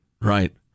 right